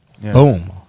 Boom